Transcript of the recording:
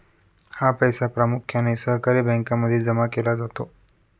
हा पैसा प्रामुख्याने सहकारी बँकांमध्ये जमा केला जातो